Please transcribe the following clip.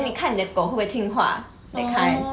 then 你看你的狗会不会听话 that kind